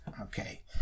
Okay